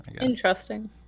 interesting